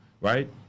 right